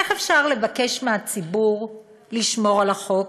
איך אפשר לבקש מהציבור לשמור על החוק?